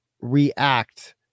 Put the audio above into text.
react